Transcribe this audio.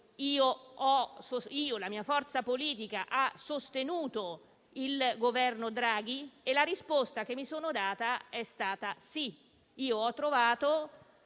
la mia forza politica ha sostenuto il Governo Draghi. La risposta che mi sono data è stata